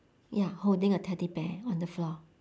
ya holding a teddy bear on the floor